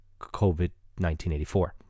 COVID-1984